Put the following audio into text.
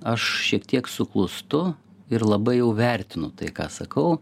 aš šiek tiek suklūstu ir labai jau vertinu tai ką sakau